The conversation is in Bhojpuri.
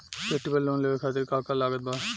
फेस्टिवल लोन लेवे खातिर का का लागत बा?